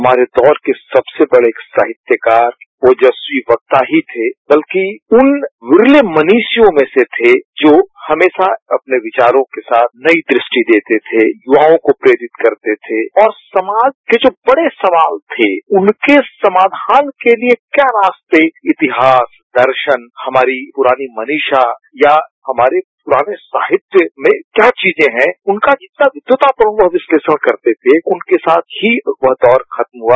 हमारे दौर के सबसे बड़े साहित्यकार ओजस्वी वक्ता ही थे बल्कि उन विरले मनीषियों में से थे जो हमेशा अपने विचारों के साथ नई दृष्टि देते थे युवाओं को प्रेरित करते थे और समाज के जो बडे सवाल थे उनके समाधान के लिए क्या रास्ते इतिहास दर्शन हमारी पुरानी मनीषा या हमारे पुराने साहित्य में क्या चीजें हैं उनका जितना विद्वतापूर्ण वे विश्लेषण करते थे उनके साथ ही वह दौर खत्म हुआ